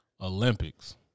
Olympics